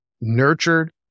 nurtured